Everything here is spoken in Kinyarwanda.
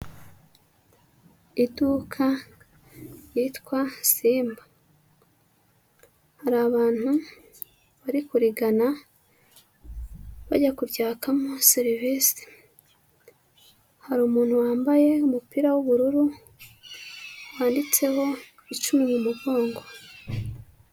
Iduka ryitwa Simba, hari abantu bari kurigana bajya kuryakamo serivise, hari umuntu wambaye umupira w'ubururu wanditseho icumi mu mugongo.